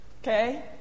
Okay